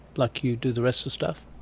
like you do the rest of the stuff?